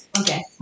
Okay